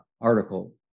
article